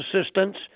assistance